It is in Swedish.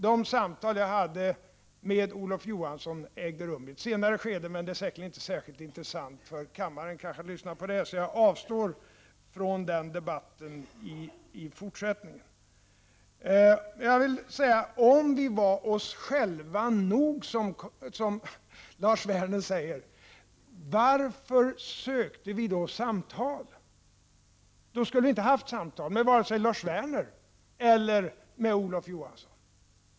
De samtal jag hade med Olof Johansson ägde rum i ett senare skede, men det är säkerligen inte särskilt intressant för kammaren att lyssna på den debatten, så jag avstår från den i fortsättningen. Om vi var oss själva nog, som Lars Werner säger, varför sökte vi då samtal? Då skulle vi ju inte ha fört samtal med vare sig Lars Werner eller Olof Johansson.